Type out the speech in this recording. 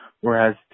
Whereas